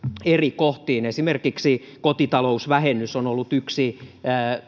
eri kohtiin esimerkiksi kotitalousvähennys on ollut yksi